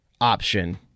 option